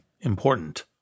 important